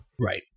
Right